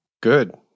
Good